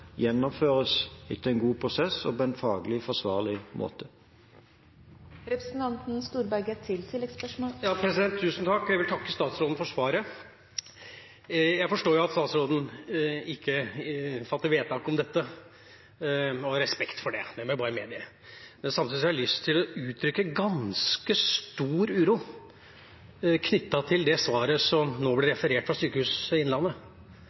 gjennomføres i en god prosess og på en faglig forsvarlig måte. Jeg vil takke statsråden for svaret. Jeg forstår jo at statsråden ikke fatter vedtak om dette, og jeg har respekt for det, det må jeg bare medgi. Men samtidig har jeg lyst til å uttrykke ganske stor uro knyttet til det svaret som nå ble referert fra Sykehuset Innlandet,